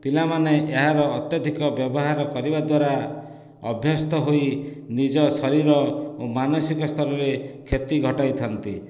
ପିଲାମାନେ ଏହାର ଅତ୍ୟଧିକ ବ୍ୟବହାର କରିବା ଦ୍ଵାରା ଅଭ୍ୟସ୍ତ ହୋଇ ନିଜ ଶରୀର ଏବଂ ମାନସିକ ସ୍ତରରେ କ୍ଷତି ଘଟାଇଥାନ୍ତି